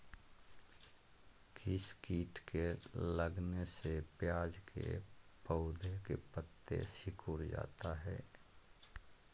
किस किट के लगने से प्याज के पौधे के पत्ते सिकुड़ जाता है?